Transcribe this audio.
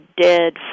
dead